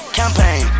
campaign